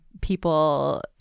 people